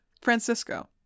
Francisco